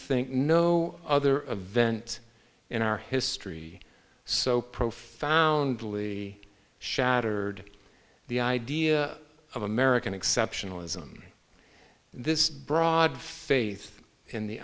think no other event in our history so profoundly shattered the idea of american exceptionalism this broad faith in the